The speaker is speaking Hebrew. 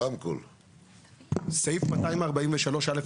סעיף 243(א),